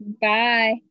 Bye